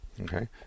Okay